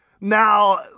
Now